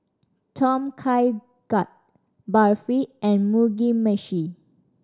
Tom Kha Gai Barfi and Mugi Meshi